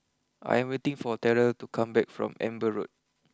I am waiting for Terell to come back from Amber Road